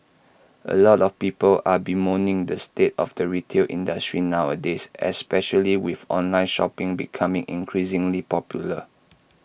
A lot of people are bemoaning the state of the retail industry nowadays especially with online shopping becoming increasingly popular